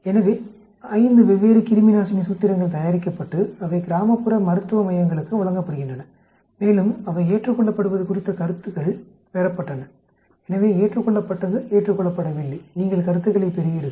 எனவே 5 வெவ்வேறு கிருமி நாசினி சூத்திரங்கள் தயாரிக்கப்பட்டு அவை கிராமப்புற மருத்துவ மையங்களுக்கு வழங்கப்படுகின்றன மேலும் அவை ஏற்றுக்கொள்ளப்படுவது குறித்த கருத்துகள் பெறப்பட்டன எனவே ஏற்றுக்கொள்ளப்பட்டது ஏற்றுக்கொள்ளப்படவில்லை நீங்கள் கருத்துக்களைப் பெறுவீர்கள்